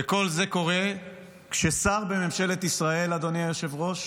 וכל זה קורה כששר בממשלת ישראל, אדוני היושב-ראש,